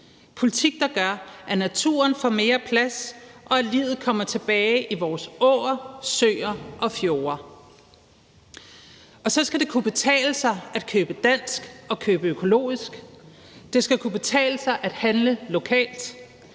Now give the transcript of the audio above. politik, der gør, at naturen får mere plads, og at livet kommer tilbage i vores åer, søer og fjorde. Kl. 21:23 Så skal det kunne betale sig at købe dansk og købe økologisk. Det skal kunne betale sig at handle lokalt.